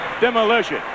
demolition